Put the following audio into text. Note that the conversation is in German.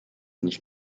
nicht